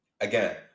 Again